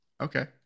Okay